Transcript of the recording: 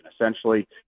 Essentially